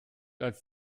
als